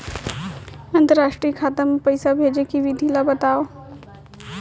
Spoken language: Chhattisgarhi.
अंतरराष्ट्रीय खाता मा पइसा भेजे के विधि ला बतावव?